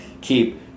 keep